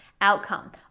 outcome